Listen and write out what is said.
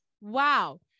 Wow